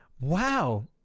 Wow